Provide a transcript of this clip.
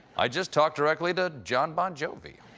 i just talk directly to jon bon jovi.